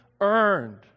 earned